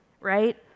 right